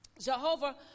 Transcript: Jehovah